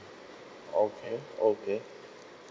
okay okay